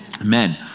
Amen